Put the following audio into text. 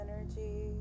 energy